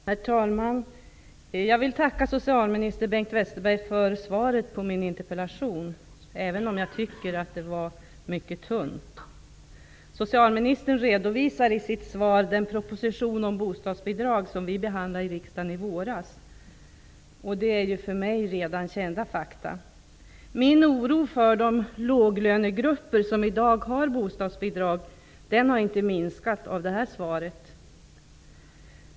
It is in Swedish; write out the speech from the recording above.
Herr talman! Jag vill tacka socialminister Bengt Westerberg för svaret på min interpellation även om jag tycker att det var mycket tunt. Socialministern redovisar i sitt svar den proposition om bostadsbidrag som vi behandlade i riksdagen i våras. Det är ju för mig redan kända fakta. Min oro för de låglönegrupper som i dag har bostadsbidrag har inte minskat av det här svaret.